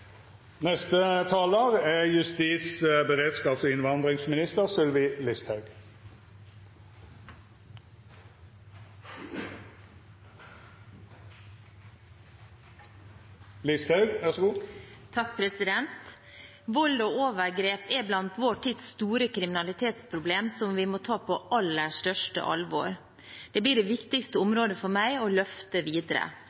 Vold og overgrep er blant vår tids store kriminalitetsproblemer, som vi må ta på aller største alvor. Det blir det viktigste